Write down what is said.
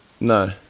No